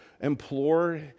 implore